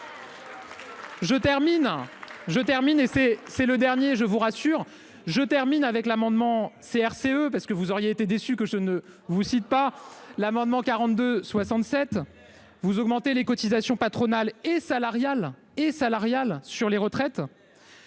je termine et c'est c'est le dernier, je vous rassure, je termine avec l'amendement CRCE parce que vous auriez été déçue que je ne vous cite pas. L'amendement 42 67. Vous augmentez les cotisations patronales et salariales et salariales